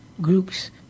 groups